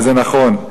וזה נכון.